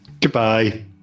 Goodbye